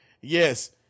Yes